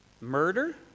murder